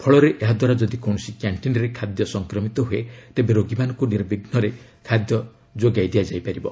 ଫଳରେ ଏହା ଦ୍ୱାରା ଯଦି କୌଣସି କ୍ୟାଣ୍ଟିନରେ ଖାଦ୍ୟ ସଂକ୍ରମିତ ହୁଏ ତେବେ ରୋଗୀମାନଙ୍କୁ ନିର୍ବିଘୁରେ ଖାଦ୍ୟ ଯୋଗାଇ ହେବ